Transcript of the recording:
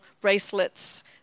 bracelets